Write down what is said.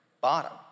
bottom